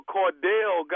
Cordell